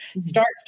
starts